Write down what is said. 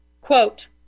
Quote